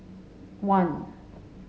one